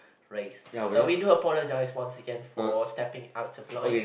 race so we do apologise once again for stepping out of line